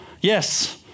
yes